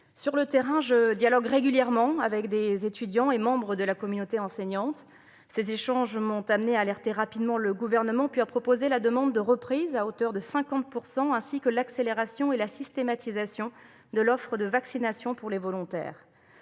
Sur le terrain, je dialogue régulièrement avec des étudiants et des membres de la communauté enseignante. Ces échanges m'ont amenée à alerter rapidement le Gouvernement, puis à proposer la demande de reprise, à hauteur de 50 %, ainsi que l'accélération et la systématisation de l'offre de vaccination pour les volontaires.